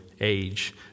age